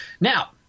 Now